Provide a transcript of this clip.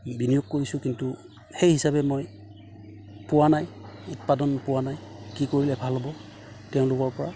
বিনিয়োগ কৰিছোঁ কিন্তু সেই হিচাপে মই পোৱা নাই উৎপাদন পোৱা নাই কি কৰিলে ভাল হ'ব তেওঁলোকৰ পৰা